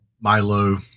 Milo